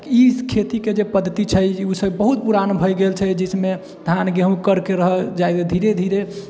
ई खेतीके जे पद्धति छै उ सब बहुत पुरान भऽ गेल छै जिसमे धान गेंहुँ करिके रहै जाकऽ धीरे धीरे